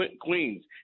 Queens